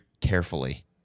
carefully